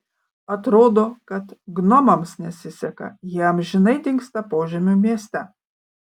atrodo kad gnomams nesiseka jie amžinai dingsta požemių mieste